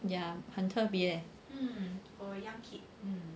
ya 很特别 leh